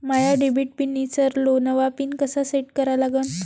माया debit pin ईसरलो, नवा pin कसा सेट करा लागन?